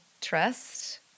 trust